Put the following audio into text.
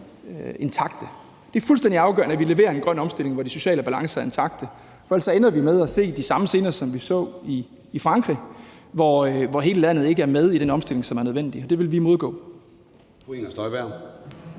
intakte. Det er fuldstændig afgørende, at vi leverer en grøn omstilling, hvor de sociale balancer er intakte, for ellers ender vi med at se de samme scener, som vi så i Frankrig, hvor ikke hele landet er med i den omstilling, som er nødvendig, og det vil vi imødegå.